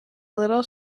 little